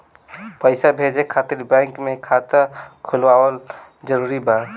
पईसा भेजे खातिर बैंक मे खाता खुलवाअल जरूरी बा?